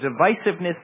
divisiveness